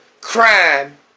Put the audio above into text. crime